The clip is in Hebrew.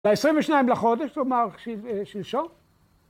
‫ב-22 לחודש, כלומר, שלשום.